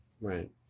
Right